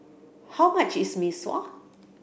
how much is Mee Sua